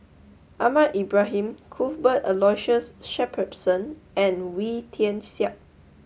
Ahmad Ibrahim Cuthbert Aloysius Shepherdson and Wee Tian Siak